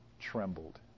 trembled